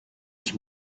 sich